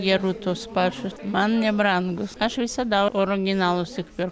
geru tuos pačus man nebrangūs aš visada originalus tik perku